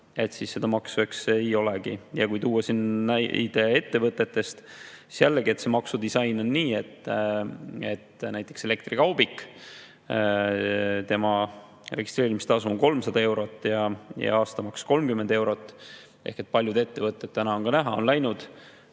siis seda maksu ei olegi. Toon siin näite ettevõtetest. Jällegi, see maksudisain on nii, et näiteks elektrikaubiku registreerimistasu on 300 eurot ja aastamaks 30 eurot. Paljud ettevõtted, täna on ka näha, on läinud